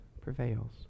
prevails